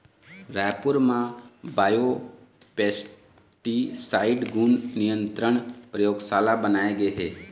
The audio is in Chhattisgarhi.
रायपुर म बायोपेस्टिसाइड गुन नियंत्रन परयोगसाला बनाए गे हे